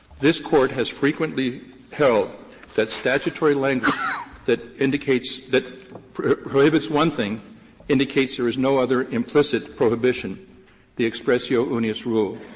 this court has frequently held that statutory language that indicates that prohibits one thing indicates there's no other implicit prohibition the expressio unius rule.